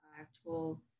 actual